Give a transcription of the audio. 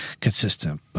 consistent